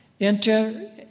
Enter